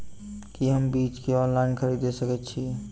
की हम बीज केँ ऑनलाइन खरीदै सकैत छी?